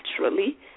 naturally